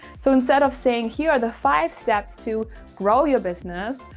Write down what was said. so instead of saying, here are the five steps to grow your business.